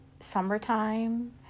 summertime